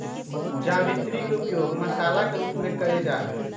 जावित्री के उपयोग मसाला के रूप में कइल जाहई